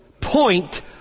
point